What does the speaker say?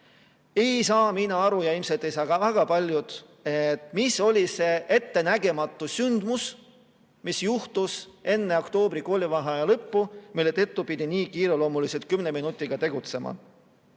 Ei saa mina aru ja ilmselt ei saa väga paljud aru, mis oli see ettenägematu sündmus, mis juhtus enne oktoobri koolivaheaja lõppu, mille tõttu pidi nii kiireloomuliselt, kümne minutiga tegutsema.